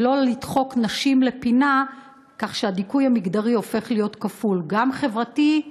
ולא לדחוק נשים לפינה כך שהדיכוי המגדרי הופך להיות כפול: גם חברתי,